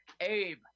Abe